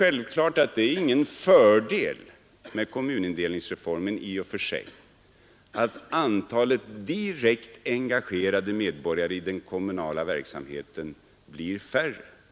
Självfallet är det i och för sig ingen fördel med kommunindelningsreformen att antalet direkt engagerade medborgare i den kommunala verksamheten blir färre.